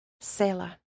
Sailor